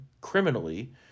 criminally